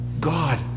God